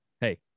hey